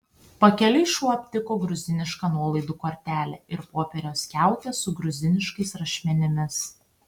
pakeliui šuo aptiko gruzinišką nuolaidų kortelę ir popieriaus skiautę su gruziniškais rašmenimis